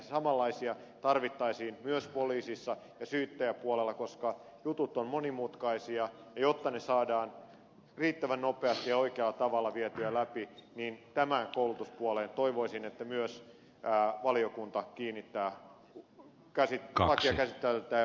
samanlaisia tarvittaisiin myös poliisissa ja syyttäjäpuolella koska jutut ovat monimutkaisia ja jotta ne saadaan riittävän nopeasti ja oikealla tavalla vietyä läpi niin tämän koulutuspuoleen toivoisin että myös valiokunta kiinnittää mietintöä tehdessään huomiota